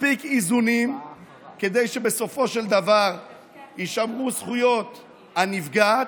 מספיק איזונים כדי שבסופו של דבר יישמרו זכויות הנפגעת,